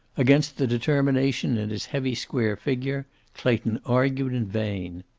against the determination in his heavy square figure clayton argued in vain.